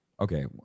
Okay